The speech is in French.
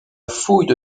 fouille